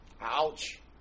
Ouch